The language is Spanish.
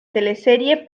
teleserie